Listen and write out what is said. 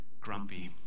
Grumpy